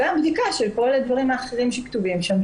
גם בדיקה של כל הדברים האחרים שכתובים שם.